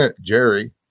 Jerry